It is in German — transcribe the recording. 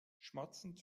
schmatzend